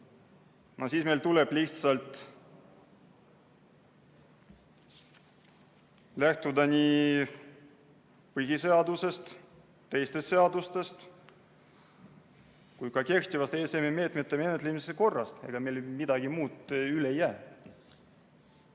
no siis meil tuleb lihtsalt lähtuda põhiseadusest, teistest seadustest ja kehtivast ESM‑i meetmete menetlemise korrast. Ega meil midagi muud üle ei jää.